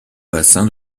bassin